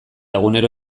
egunero